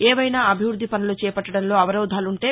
ఏవైనా అభివృద్ది పనులు చేపట్టడంలో అవరోధాలుంటే